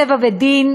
טבע ודין",